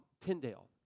Tyndale